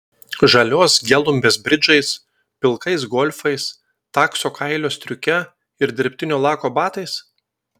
žalios gelumbės bridžais pilkais golfais takso kailio striuke ir dirbtinio lako batais